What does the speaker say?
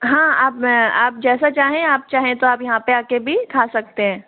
हाँ आप आप जैसा चाहें आप चाहें तो आप यहाँ पे आके भी खा सकते हैं